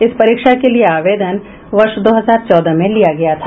इस परीक्षा के लिए आवेदन वर्ष दो हजार चौदह में लिया गया था